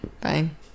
Fine